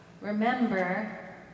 Remember